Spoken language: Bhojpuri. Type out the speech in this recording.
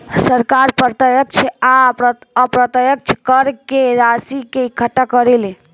सरकार प्रत्यक्ष आ अप्रत्यक्ष कर से राशि के इकट्ठा करेले